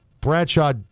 Bradshaw